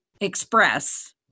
Express